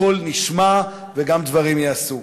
הקול נשמע, וגם דברים ייעשו.